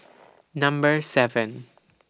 Number seven